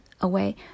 away